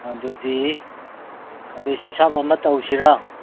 ꯑꯗꯨꯗꯤ ꯑꯗꯨ ꯍꯤꯟꯁꯥꯞ ꯑꯃ ꯇꯧꯁꯤꯔ